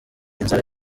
inzara